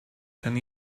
ten